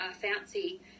fancy